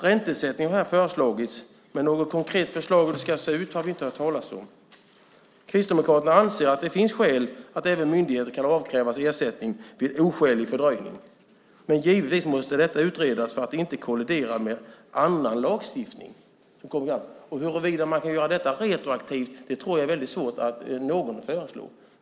Ränteersättning har föreslagits, men något konkret förslag om hur det ska se ut har vi inte hört talas om. Kristdemokraterna anser att det finns skäl för att även myndigheter kan avkrävas ersättning vid oskälig fördröjning, men givetvis måste detta utredas för att inte kollidera med annan lagstiftning. Att göra detta retroaktivt tror jag är väldigt svårt för någon att föreslå.